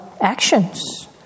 actions